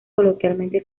coloquialmente